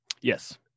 Yes